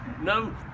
no